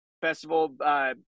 Festival –